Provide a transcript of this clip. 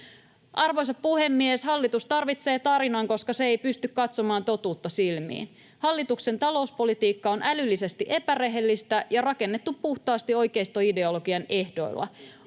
Arvoisa puhemies! Hallitus tarvitsee tarinan, koska se ei pysty katsomaan totuutta silmiin. Hallituksen talouspolitiikka on älyllisesti epärehellistä ja rakennettu puhtaasti oikeistoideologian ehdoilla.